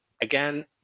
again